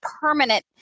permanent